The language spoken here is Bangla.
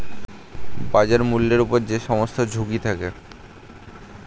বাজার মূল্যের উপর যে সমস্ত ঝুঁকি থাকে